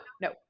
no